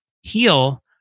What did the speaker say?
heal